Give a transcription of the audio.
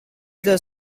their